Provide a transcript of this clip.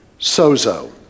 Sozo